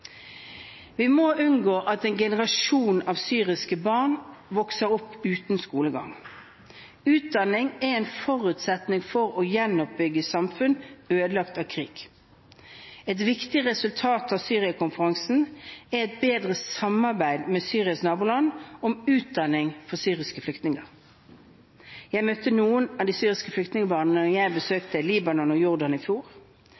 Vi må unngå at en generasjon syriske barn vokser opp uten skolegang. Utdanning er en forutsetning for å gjenoppbygge samfunn ødelagt av krig. Et viktig resultat av Syria-konferansen er et bedre samarbeid med Syrias naboland om utdanning for syriske flyktninger. Jeg møtte noen av de syriske flyktningbarna da jeg besøkte Libanon og Jordan i fjor.